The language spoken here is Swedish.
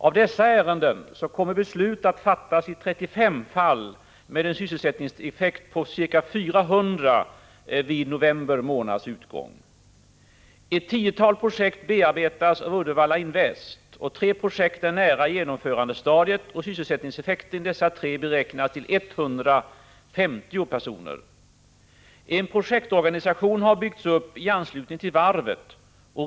Av dessa ärenden kommer beslut att fattas i 35 fall med en sysselsättningsn Ett tiotal projekt bearbetas av Uddevalla Invest och tre är nära genomförandestadiet. Sysselsättningseffekten av dessa tre är beräknad till 150. En projektorganisation har byggts upp i anslutning till varvet.